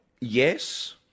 Yes